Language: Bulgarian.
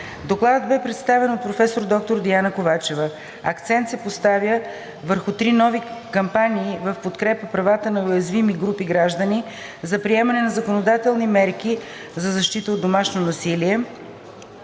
Докладът бе представен от професор доктор Диана Ковачева. Акцент се поставя върху три нови кампании в подкрепа правата на уязвими групи граждани: за приемане на законодателни мерки за защита от домашно насилие;